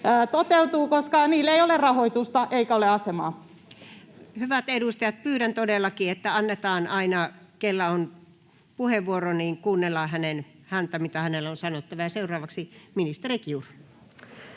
koska niille ei ole rahoitusta eikä asemaa? Hyvät edustajat, pyydän todellakin, että kuunnellaan aina sitä, jolla on puheenvuoro, mitä hänellä on sanottavaa. — Ja seuraavaksi ministeri Kiuru.